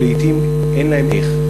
ולעתים אין להם איך.